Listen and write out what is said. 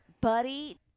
buddy